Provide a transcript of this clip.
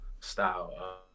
style